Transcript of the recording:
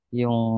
yung